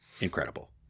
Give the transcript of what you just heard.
Incredible